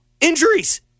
injuries